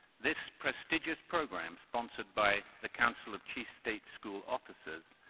this prestigious program, sponsored by the council of chief state school officers,